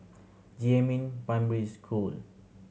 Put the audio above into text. Jiemin Primary School